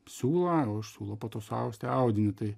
siūlą o iš siūlo poto austi audinį tai